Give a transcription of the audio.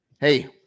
hey